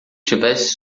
tivesse